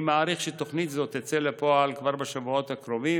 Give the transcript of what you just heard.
אני מעריך שתוכנית זו תצא אל הפועל כבר בשבועות הקרובים,